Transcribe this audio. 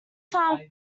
farm